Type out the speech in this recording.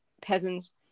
peasants